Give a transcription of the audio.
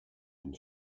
une